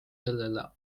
sellele